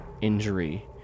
injury